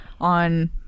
on